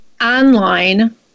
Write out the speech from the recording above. online